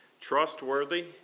trustworthy